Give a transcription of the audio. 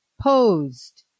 posed